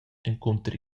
encunter